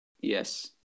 Yes